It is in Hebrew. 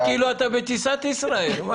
מה שאתם רואים מאחוריי